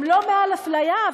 אנחנו לא בעד אפליה.